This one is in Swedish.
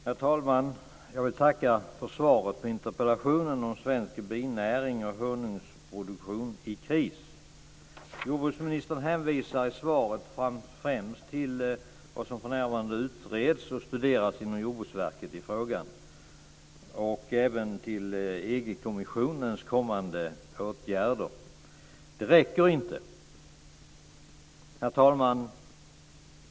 Herr talman! Jag vill tacka för svaret på interpellationen om svensk binäring och honungsproduktion i kris. Jordbruksministern hänvisar i svaret främst till vad som för närvarande utreds och studeras inom Jordbruksverket i frågan, och även till EG kommissionens kommande åtgärder. Det räcker inte! Herr talman!